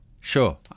Sure